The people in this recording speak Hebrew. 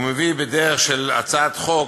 הוא מביא בדרך של הצעת חוק,